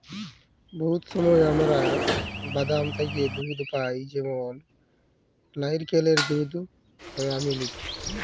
বহুত সময় আমরা বাদাম থ্যাকে দুহুদ পাই যেমল লাইরকেলের দুহুদ, সয়ামিলিক